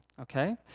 Okay